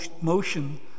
motion